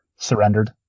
surrendered